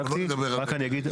רק אני אגיד,